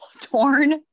torn